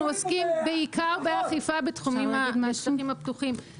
אנחנו עוסקים בעיקר באכיפה בתחומים בשטחים הפתוחים.